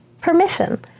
permission